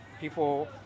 People